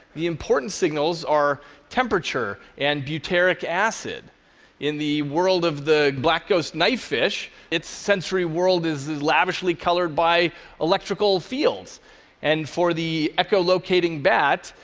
the important signals are temperature and butyric acid in the world of the black ghost knifefish, its sensory world is lavishly colored by electrical fields and for the echolocating bat,